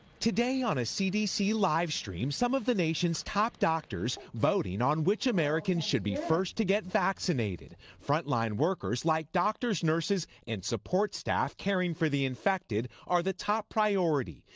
today on a cdc livestream some of the nation's top doctors voting on which americans should be first to get vaccinated. frontline workers like doctors, nurses and support staff caring for the infected are the top priority.